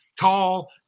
Tall